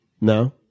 No